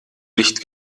licht